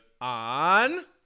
on